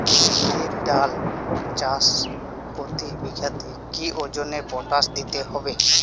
বিরির ডাল চাষ প্রতি বিঘাতে কি ওজনে পটাশ দিতে হবে?